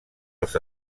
els